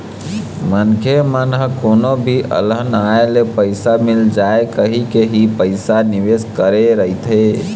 मनखे मन ह कोनो भी अलहन आए ले पइसा मिल जाए कहिके ही पइसा निवेस करे रहिथे